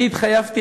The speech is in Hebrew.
אני התחייבתי.